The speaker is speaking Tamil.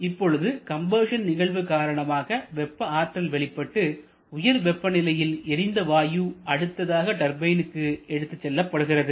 இப்பொழுது கம்பஷன் நிகழ்வு காரணமாக வெப்ப ஆற்றல் வெளிப்பட்டு உயர் வெப்பநிலையில் எரிந்த வாயு அடுத்ததாக டர்பைனிற்கு எடுத்துச் செல்லப்படுகின்றது